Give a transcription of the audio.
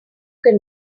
can